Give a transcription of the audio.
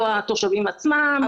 לא התושבים עצמם,